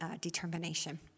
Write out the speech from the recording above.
determination